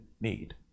need